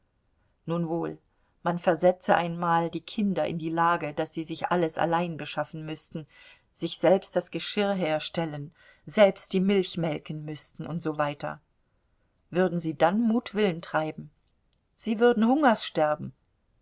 nun wohl man versetze einmal die kinder in die lage daß sie sich alles allein beschaffen müßten sich selbst das geschirr herstellen selbst die milch melken müßten und so weiter würden sie dann mutwillen treiben sie würden hungers sterben